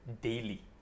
daily